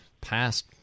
past